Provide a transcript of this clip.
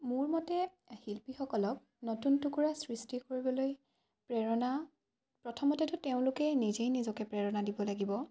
মোৰমতে শিল্পীসকলক নতুন টুকুৰা সৃষ্টি কৰিবলৈ প্ৰেৰণা প্ৰথমতেতো তেওঁলোকে নিজেই নিজকে প্ৰেৰণা দিব লাগিব